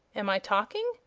am i talking?